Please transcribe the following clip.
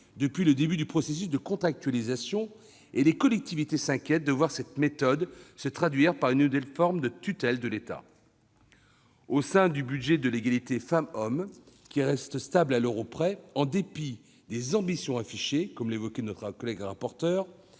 depuis le début du processus de contractualisation, et les collectivités s'inquiètent de voir cette méthode se traduire par une nouvelle forme de tutelle de l'État. Au sein du budget de l'égalité entre les femmes et les hommes, qui reste stable à l'euro près en dépit des ambitions affichées, la commission estime que le